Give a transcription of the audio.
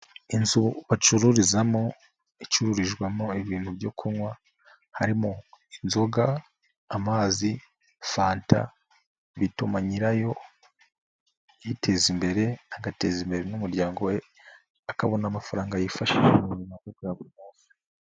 Inzu bacururizamo icururijwemo ibintu byo kunywa harimo: inzoga, amazi, fanta, bituma nyirayo yiteza imbere agateza imbere n'umuryango we akabona amafaranga yifashisha mu buzima bwa buri munsi.